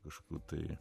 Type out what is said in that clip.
kažkokių tai